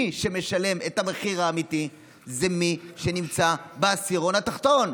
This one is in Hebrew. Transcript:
מי שמשלם את המחיר האמיתי זה מי שנמצא בעשירון התחתון,